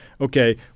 okay